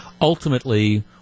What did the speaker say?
ultimately